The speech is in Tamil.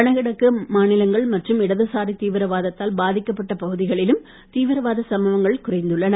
வடகிழக்கு மாநிலங்கள் மற்றும் இடதுசாரி தீவிரவாதத்தால் பாதிக்கப்பட்ட பகுதிகளிலும் தீவிரவாத சம்பவங்கள் குறைந்துள்ளன